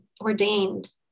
ordained